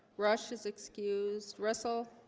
rush is excused russell,